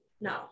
No